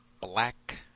black